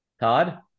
Todd